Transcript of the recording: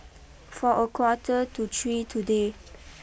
for a quarter to three today